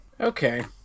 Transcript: Okay